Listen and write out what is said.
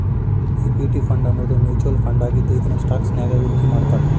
equity ಫಂಡನ್ನೋದು mutual ಫಂಡಾಗಿದ್ದು ಇದನ್ನ ಸ್ಟಾಕ್ಸ್ನ್ಯಾಗ್ ಹೂಡ್ಕಿಮಾಡ್ತಾರ